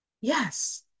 Yes